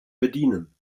bedienen